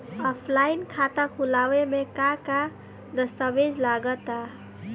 Offline खाता खुलावे म का का दस्तावेज लगा ता?